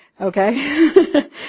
okay